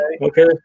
Okay